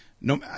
No